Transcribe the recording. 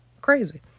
Crazy